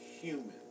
human